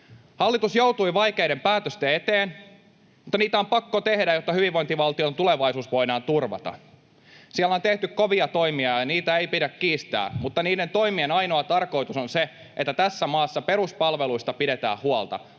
Hallitus joutui vaikeiden päätösten eteen, mutta niitä on pakko tehdä, jotta hyvinvointivaltion tulevaisuus voidaan turvata. Siellä on tehty kovia toimia, ja niitä ei pidä kiistää, mutta niiden toimien ainoa tarkoitus on se, että tässä maassa peruspalveluista pidetään huolta.